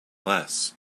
less